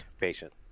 patient